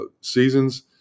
seasons